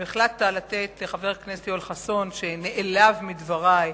אם החלטת לתת לחבר הכנסת יואל חסון, שנעלב מדברי,